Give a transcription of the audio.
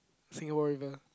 Singapore-River